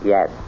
Yes